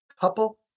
couple